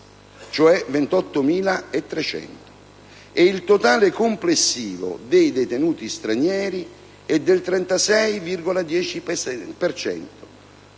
sul totale, e il totale complessivo dei detenuti stranieri è del 36,10